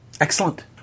Excellent